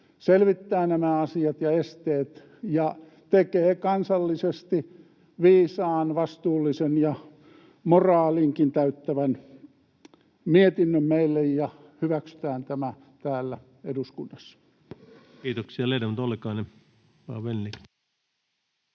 selvittää nämä asiat ja esteet ja tekee meille kansallisesti viisaan, vastuullisen ja moraalinkin täyttävän mietinnön ja että hyväksytään tämä täällä eduskunnassa. Kiitoksia.